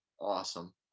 awesome